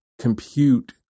compute